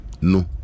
no